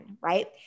right